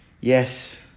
Yes